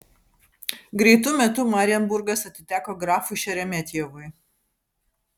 greitu metu marienburgas atiteko grafui šeremetjevui